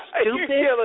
stupid